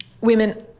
women